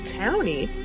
townie